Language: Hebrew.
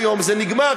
היום זה נגמר,